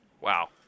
Wow